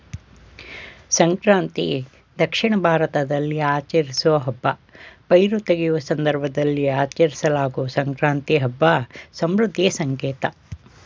ಸಂಕ್ರಾಂತಿ ದಕ್ಷಿಣ ಭಾರತದಲ್ಲಿ ಆಚರಿಸೋ ಹಬ್ಬ ಪೈರು ತೆಗೆಯುವ ಸಂದರ್ಭದಲ್ಲಿ ಆಚರಿಸಲಾಗೊ ಸಂಕ್ರಾಂತಿ ಹಬ್ಬ ಸಮೃದ್ಧಿಯ ಸಂಕೇತ